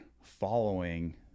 following